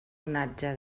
onatge